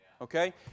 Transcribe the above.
Okay